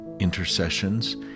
intercessions